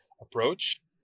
approach